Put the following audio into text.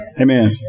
Amen